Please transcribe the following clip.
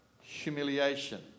humiliation